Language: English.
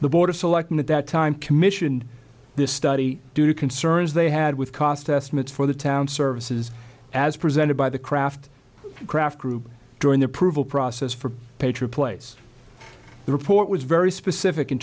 the board of selectmen at that time commissioned this study due to concerns they had with cost estimates for the town services as presented by the craft craft group during the prove a process for pager a place the report was very specific in